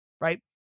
right